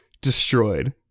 destroyed